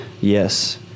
Yes